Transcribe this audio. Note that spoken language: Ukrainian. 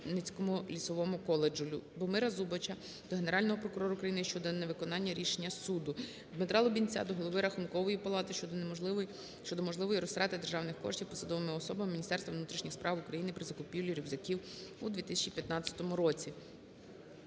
Дмитра Лубінця до голови Рахункової палати щодо можливої розтрати державних коштів посадовими особами Міністерства внутрішніх справ України при закупівлі рюкзаків у 2015 році.